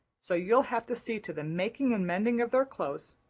so you'll have to see to the making and mending of their clothes.